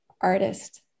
artist